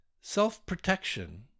self-protection